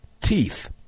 Teeth